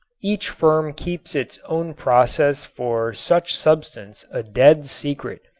each firm keeps its own process for such substance a dead secret,